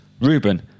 Ruben